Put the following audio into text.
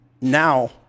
now